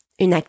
Une